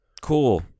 Cool